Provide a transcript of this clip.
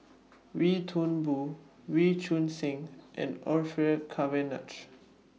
Wee Toon Boon Wee Choon Seng and Orfeur Cavenagh